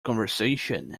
conversation